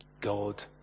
God